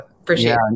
Appreciate